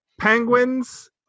penguins